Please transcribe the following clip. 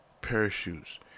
parachutes